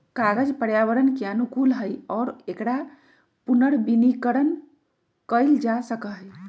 कागज पर्यावरण के अनुकूल हई और एकरा पुनर्नवीनीकरण कइल जा सका हई